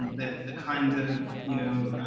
the the kind of, you know,